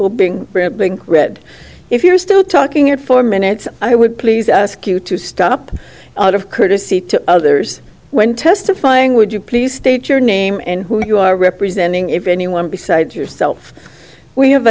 read if you're still talking at four minutes i would please ask you to stop out of courtesy to others when testifying would you please state your name and who you are representing if anyone besides yourself we have